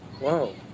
Whoa